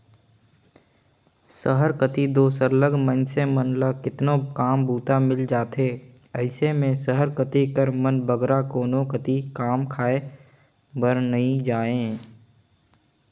सहर कती दो सरलग मइनसे मन ल केतनो काम बूता मिल जाथे अइसे में सहर कती कर मन बगरा कोनो कती कमाए खाए बर नी जांए